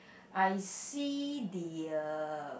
I see the uh